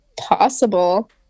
possible